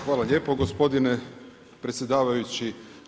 Hvala lijepo gospodine predsjedavajući.